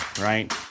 right